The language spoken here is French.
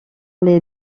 les